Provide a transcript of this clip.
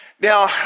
Now